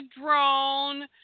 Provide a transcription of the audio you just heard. drone